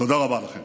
תודה רבה לכם.